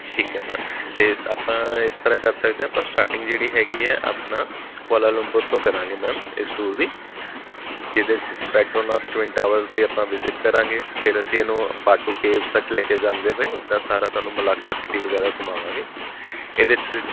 ਠੀਕ ਹੈ ਮੈਮ ਅਤੇ ਆਪਾਂ ਇਸ ਤਰ੍ਹਾਂ ਕਰ ਸਕਦੇ ਹਾਂ ਆਪਾਂ ਸਟਾਟਿੰਗ ਜਿਹੜੀ ਹੈਗੀ ਹੈ ਆਪਣਾ ਕੁਆਲਾ ਲੰਪੁਰ ਤੋਂ ਕਰਾਂਗੇ ਮੈਮ ਇਸ ਟੂਰ ਦੀ ਜਿਹਦੇ 'ਚ ਪੈਟਰੋਨਸ ਟਵਿਨ ਟਾਵਰ ਵੀ ਆਪਾਂ ਵਿਜਿਟ ਕਰਾਂਗੇ ਫਿਰ ਅਸੀਂ ਇਹਨੂੰ ਬਾਟੂ ਕੇਵਸ ਤੱਕ ਲੈ ਕੇ ਜਾਂਦੇ ਹੋਏ ਇੱਦਾਂ ਸਾਰਾ ਤੁਹਾਨੂੰ ਮਲਾਕਾ ਸਿਟੀ ਵਗੈਰਾ ਘੁੰਮਾਵਾਂਗੇ ਇਹਦੇ 'ਚ